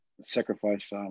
sacrifice